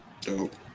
dope